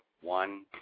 one